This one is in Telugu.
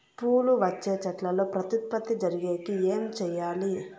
పూలు వచ్చే చెట్లల్లో ప్రత్యుత్పత్తి జరిగేకి ఏమి చేయాలి?